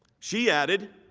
she added,